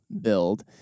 build